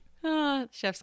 chef's